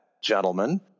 gentlemen